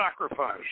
sacrifice